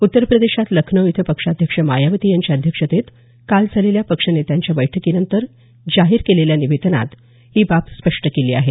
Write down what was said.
उत्तर प्रदेशात लखनौ इथं पक्षाध्यक्ष मायावती यांच्या अध्यक्षतेत काल झालेल्या पक्षनेत्यांच्या बैठकीनंतर जाहीर केलेल्या निवेदनात ही बाब स्पष्ट केली आहे